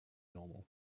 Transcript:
normal